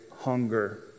hunger